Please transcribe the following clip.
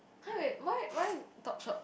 how is why why Topshop